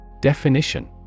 Definition